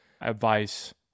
advice